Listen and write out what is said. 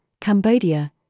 Cambodia